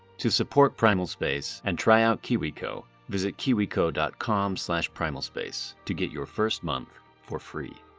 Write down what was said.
to support primal space and try out kiwico, visit kiwico dot com slash primalspace to get your first month for free.